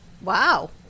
Wow